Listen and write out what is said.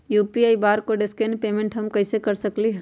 UPI barcode scan payment हम कईसे कर सकली ह?